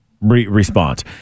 response